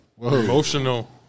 Emotional